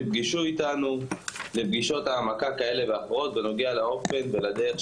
נפגשו איתנו לפגישות העמקה כאלה ואחרות בנוגע לאופן ולדרך